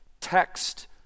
text